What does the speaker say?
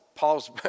Paul's